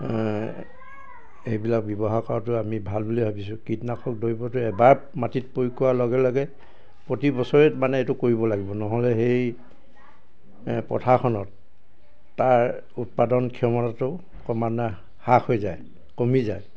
এইবিলাক ব্যৱহাৰ কৰাটো আমি ভাল বুলি ভাবিছোঁ কীটনাশক দ্ৰব্যটো এবাৰ মাটিত প্ৰয়োগ কৰাৰ লগে লগে প্ৰতি বছৰে মানে এইটো কৰিব লাগিব নহ'লে সেই পথাৰখনত তাৰ উৎপাদন ক্ষমতাটো ক্ৰমান্বয়ে হ্ৰাস হৈ যায় কমি যায়